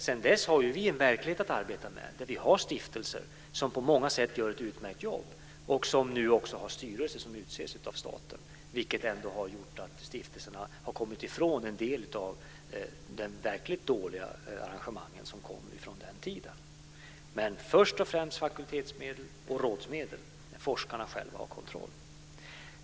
Sedan dess har ju vi en verklighet att arbeta med där vi har stiftelser som på många sätt gör ett utmärkt jobb och som nu också har styrelser som utses av staten, vilket ändå gjort att stiftelserna har kommit ifrån en del av de verkligt dåliga arrangemangen som härrör från den tiden. Först och främst gäller det alltså fakultetsmedel och rådsmedel där forskarna själva har kontroll.